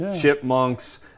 chipmunks